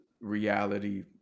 reality